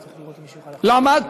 למה?